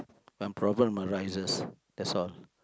my problem arises that's all